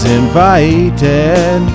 invited